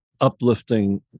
uplifting